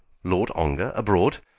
lord ongar abroad!